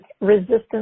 resistance